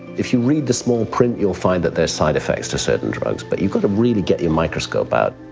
if you read the small print, you'll find that there's side-effects to certain drugs but you've got to really get your microscope out.